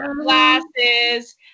glasses